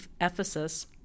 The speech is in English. Ephesus